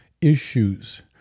issues